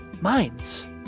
minds